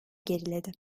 geriledi